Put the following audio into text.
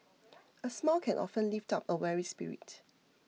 a smile can often lift up a weary spirit